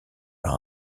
par